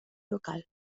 local